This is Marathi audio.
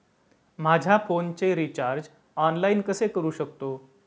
माझ्या फोनचे रिचार्ज ऑनलाइन कसे करू शकतो?